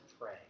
pray